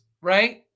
right